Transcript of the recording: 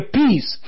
peace